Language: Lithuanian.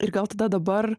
ir gal tada dabar